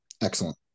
excellent